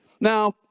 Now